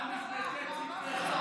"על משפטי צדקך".